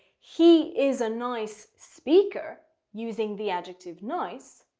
he is a nice speaker using the adjective nice.